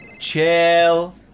chill